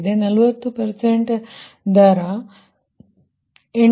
40 ದರ 8